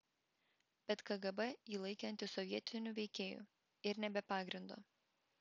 bet kgb jį laikė antisovietiniu veikėju ir ne be pagrindo